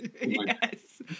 Yes